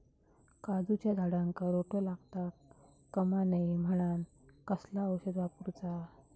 काजूच्या झाडांका रोटो लागता कमा नये म्हनान कसला औषध वापरूचा?